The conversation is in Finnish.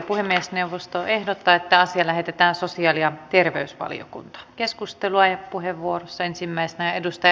puhemiesneuvosto ehdottaa että asia lähetetään sosiaali ja terveysvaliokuntaan